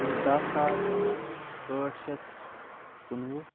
دہ ساس ٲٹھ شیٚتھ کُنوُہ